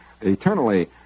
eternally